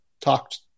talked